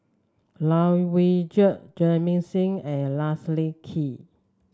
Lai Weijie Jamit Singh and Leslie Kee